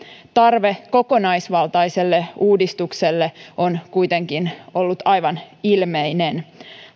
tarve kokonaisvaltaiselle uudistukselle on kuitenkin ollut aivan ilmeinen